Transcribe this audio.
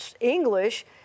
English